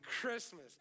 Christmas